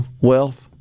wealth